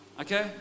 Okay